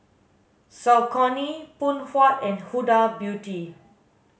Saucony Phoon Huat and Huda Beauty